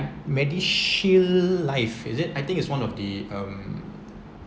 medishield life is it I think is one of the um